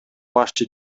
башчы